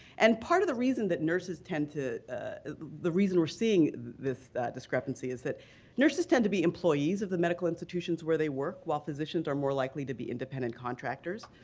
and part of the reason that nurses tend to the reason we're seeing this discrepancy is that nurses tend to be employees of the medical institutions where they work, while physicians are more likely to be independent contractors.